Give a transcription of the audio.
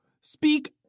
speak